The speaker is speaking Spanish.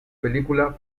película